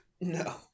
No